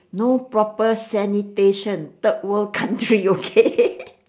no proper sanitation third world country okay